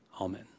Amen